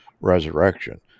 resurrection